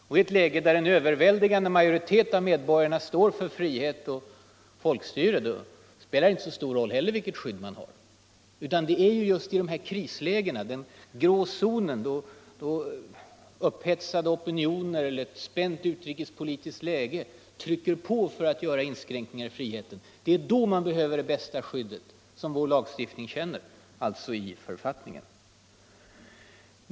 Och i ett läge där en överväldigande majoritet av medborgarna står för frihet och folkstyre spelar det inte heller så stor roll vilket skydd man har. Det är just i krislägena, i den grå zonen, då upphetsade opinioner eller ett spänt utrikespolitiskt läge trycker på för att göra inskränkningar i friheterna, som man behöver det bästa skydd som vår lagstiftning känner, alltså i författningen.